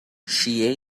she